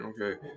Okay